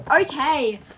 Okay